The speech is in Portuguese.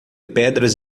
pedras